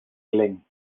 glenn